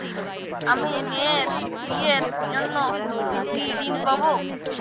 আমি মেয়ের বিয়ের জন্য কি ঋণ পাবো?